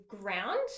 Ground